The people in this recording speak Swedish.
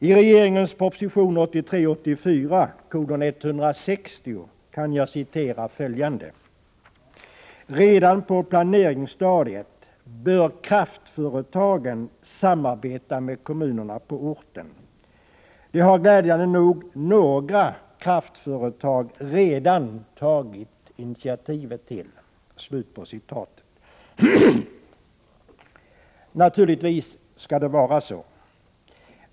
Ur regeringens proposition 1983/84:160 vill jag citera följande: ”Redan på planeringsstadiet bör kraftföretagen samarbeta med kommunerna på orten. Det har glädjande nog några kraftföretag redan tagit initiativet till.” Naturligtvis skall det vara så.